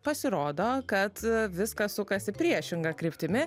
pasirodo kad viskas sukasi priešinga kryptimi